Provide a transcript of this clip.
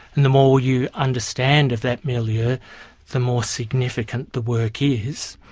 and the more you understand of that milieu ah the more significant the work is,